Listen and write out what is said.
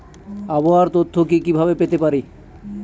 আবহাওয়ার তথ্য কি কি ভাবে পেতে পারি?